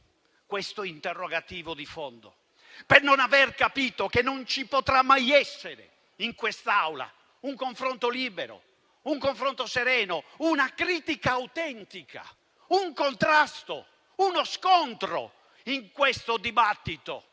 questo interrogativo di fondo; per non aver capito che non ci potrà mai essere in quest'Aula un confronto libero e sereno, una critica autentica, un contrasto, uno scontro in questo dibattito